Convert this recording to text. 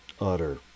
utter